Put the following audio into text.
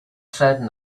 said